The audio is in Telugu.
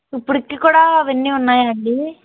ఇప్పటికి కూడా అవన్నీ ఉన్నాయాండి